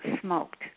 smoked